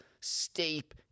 steep